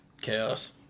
Chaos